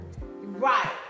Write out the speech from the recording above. Right